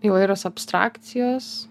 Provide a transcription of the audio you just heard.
įvairios abstrakcijos